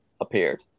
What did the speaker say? appeared